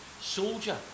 soldier